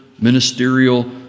ministerial